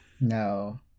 No